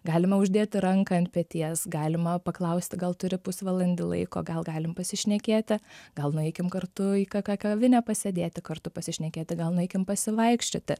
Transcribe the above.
galima uždėti ranką ant peties galima paklausti gal turi pusvalandį laiko gal galim pasišnekėti gal nueikim kartu į kokią kavinę pasėdėti kartu pasišnekėti gal nueikim pasivaikščioti